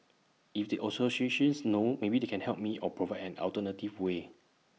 if the associations knows maybe they can help me or provide an alternative way